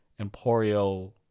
Emporio